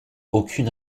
aucune